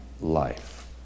life